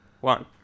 one